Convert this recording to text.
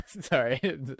Sorry